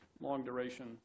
long-duration